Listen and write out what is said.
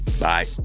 Bye